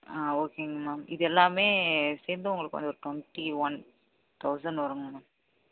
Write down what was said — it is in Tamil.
ஆ ஓகேங்க மேம் இது எல்லாம் சேர்ந்து உங்களுக்கு வந்து ட்வெண்ட்டி ஒன் தொளசண்ட் வரும்ங்க மேம்